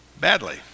Badly